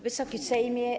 Wysoki Sejmie!